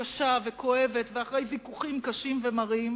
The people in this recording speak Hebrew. קשה וכואבת ואחרי ויכוחים קשים ומרים,